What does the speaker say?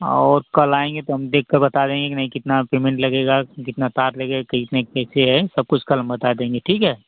हाँ और कल आएंगे तो हम देख कर बता देंगे कि नहीं कितना पेमेंट लगेगा कितना तार लगेगा कितना कैसे है सब कुछ कल बता देंगे ठीक है